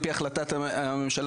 על פי החלטת ממשלה